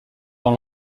dans